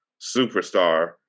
superstar